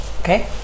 Okay